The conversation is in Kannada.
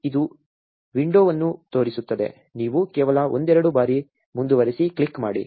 ಇದು ವಿಂಡೋವನ್ನು ತೋರಿಸುತ್ತದೆ ನೀವು ಕೇವಲ ಒಂದೆರಡು ಬಾರಿ ಮುಂದುವರಿಸಿ ಕ್ಲಿಕ್ ಮಾಡಿ